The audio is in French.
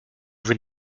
vous